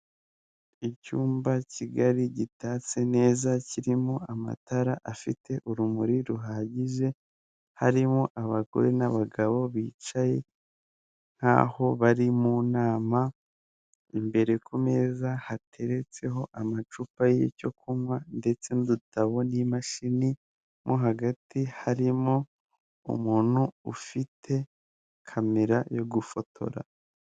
Icyumba kigali gitatse neza kirimo amatara afite urumuri ruhagije, harimo abagore n'abagabo bicaye nk'aho bari mu nama, imbere ku meza hateretseho amacupa y'icyo kunywa ndetse n'udutabo n'imashini nko hagati harimo umuntu ufite kamera yo gufotora.